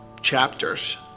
chapters